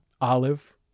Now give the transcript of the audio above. olive